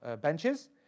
benches